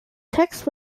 text